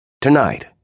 Tonight